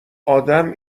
آدم